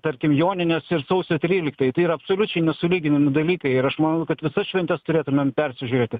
tarkim joninės ir sausio tryliktoji tai yra absoliučiai nesulyginami dalykai ir aš manau kad visas šventes turėtumėm persižiūrėti